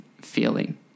feeling